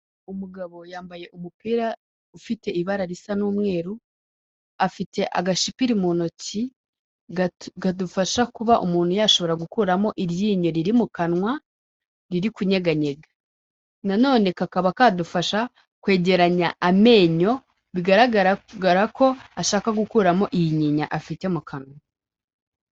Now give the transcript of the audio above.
Umugabo yambaye umupira ufite ibara risa n'umweru, afite agashipiri mu ntoki gatu gadufasha kuba umuntu yashobora gukuramo iryinyo riri mu kanwa riri kunyeganyega, na none kakaba kadufasha kwegeranya amenyo bigaragara ko ashaka gukuramo iyi nyinya afite mu kanwa.